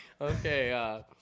Okay